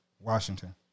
Washington